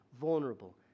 vulnerable